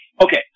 Okay